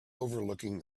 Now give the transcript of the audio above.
overlooking